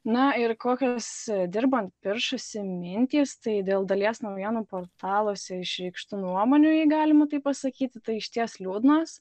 na ir kokios dirbant piršasi mintys tai dėl dalies naujienų portaluose išreikštų nuomonių jei galima taip pasakyti tai išties liūdnos